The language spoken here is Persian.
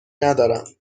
ندارم